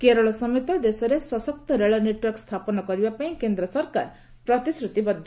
କେରଳ ସମେତ ଦେଶରେ ସଶକ୍ତ ରେଳ ନେଟୱାର୍କ ସ୍ଥାପନ କରିବା ପାଇଁ କେନ୍ଦ୍ର ସରକାର ପ୍ରତିଶ୍ରତିବଦ୍ଧ